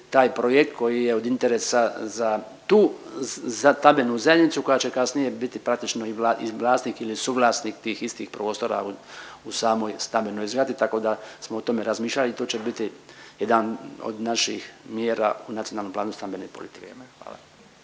taj projekt koji je od interesa za tu, za stambenu zajednicu koja će kasnije biti praktično i vlasnik ili suvlasnik tih istih prostora u samoj stambenoj zgradi, tako da smo o tome razmišljali i to će biti jedan od naših mjera u Nacionalnom planu stambene politike, hvala.